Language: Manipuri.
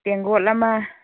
ꯇꯦꯡꯀꯣꯠ ꯑꯃ